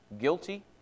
Guilty